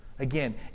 Again